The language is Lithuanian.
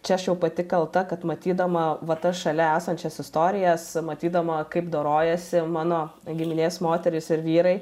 čia aš jau pati kalta kad matydama va tas šalia esančias istorijas matydama kaip dorojasi mano giminės moterys ir vyrai